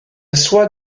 soie